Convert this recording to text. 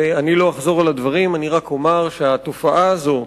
אני לא אחזור על הדברים, אני רק אומר שהתופעה הזו,